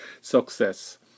success